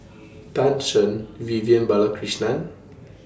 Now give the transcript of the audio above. Tan Shen Vivian Balakrishnan